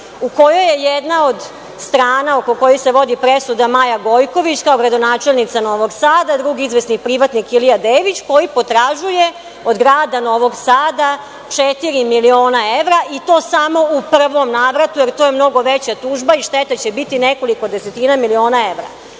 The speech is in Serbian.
u kojoj je jedna od strana oko kojih se vodi presuda Maja Gojković, kao gradonačelnica Novog Sada, drugi izvesni privatnik Ilija Dević, koji potražuje od grada Novog Sada, četiri miliona evra i to samo u prvom navratu, jer to je mnogo veća tužba i šteta će biti nekoliko desetina miliona